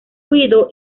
guido